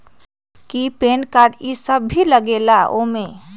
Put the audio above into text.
कि pan card इ सब भी लगेगा वो में?